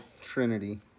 Trinity